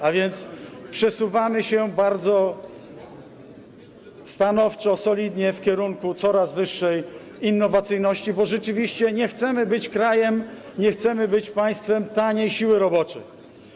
A więc przesuwamy się bardzo stanowczo, solidnie w kierunku coraz wyższej innowacyjności, bo rzeczywiście nie chcemy być krajem, nie chcemy być państwem taniej siły roboczej.